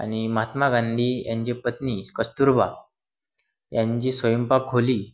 आणि महात्मा गांधी यांचे पत्नी कस्तूरबा यांची स्वयंपाक खोली